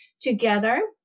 together